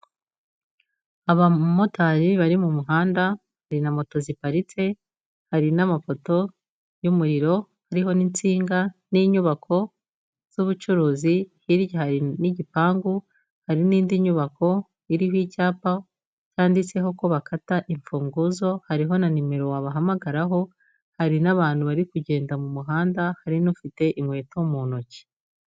Abamotari bari mu muhanda, hari na moto ziparitse, hari n'amapoto y'umuriro, ariho n'insinga n'inyubako z'ubucuruzi, hirya hari n'igipangu, hari n'indi nyubako, iriho icyapa cyanditseho ko bakata imfunguzo, hariho na nimero wabahamagaraho, hari n'abantu bari kugenda mu muhanda, hari n'ufite inkweto mu ntoki.